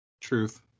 Truth